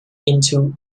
into